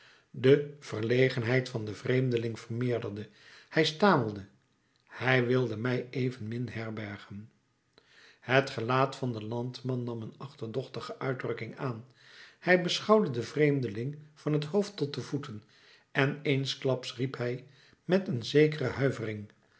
de verlegenheid van den vreemdeling vermeerderde hij stamelde hij wilde mij evenmin herbergen het gelaat van den landman nam een achterdochtige uitdrukking aan hij beschouwde den vreemdeling van het hoofd tot de voeten en eensklaps riep hij met een zekere huivering